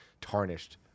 tarnished